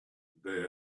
they